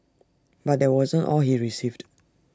but that wasn't all he received